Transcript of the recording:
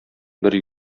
бер